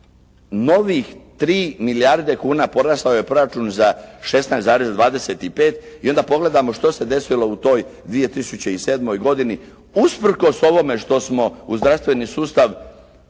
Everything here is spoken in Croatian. novih 3 milijarde kuna porastao je proračun za 16,25 i onda pogledajmo što se desilo u toj 2007. godini usprkos ovome što smo u zdravstveni sustav